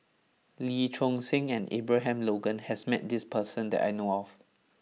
Lee Choon Seng and Abraham Logan has met this person that I know of